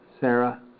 Sarah